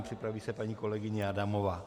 Připraví se paní kolegyně Adamová.